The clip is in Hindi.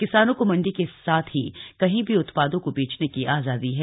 किसानों को मण्डी के साथ ही कहीं भी उत्पादों को बेचने की आजादी है